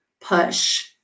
push